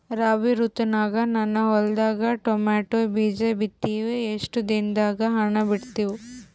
ರಾಬಿ ಋತುನಾಗ ನನ್ನ ಹೊಲದಾಗ ಟೊಮೇಟೊ ಬೀಜ ಬಿತ್ತಿವಿ, ಎಷ್ಟು ದಿನದಾಗ ಹಣ್ಣ ಬಿಡ್ತಾವ?